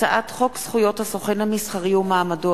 הצעת חוק זכויות הסוכן המסחרי ומעמדו,